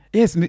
Yes